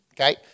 Okay